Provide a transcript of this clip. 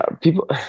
people –